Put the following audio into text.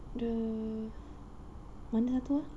the mana satu ah